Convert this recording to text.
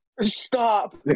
Stop